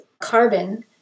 carbon